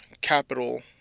capital